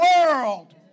world